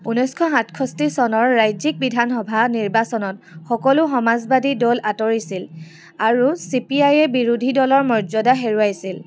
ঊনৈছশ সাতষষ্ঠি চনৰ ৰাজ্যিক বিধানসভা নিৰ্বাচনত সকলো সমাজবাদী দল আঁতৰিছিল আৰু চি পি আই য়ে বিৰোধী দলৰ মৰ্যাদা হেৰুৱাইছিলি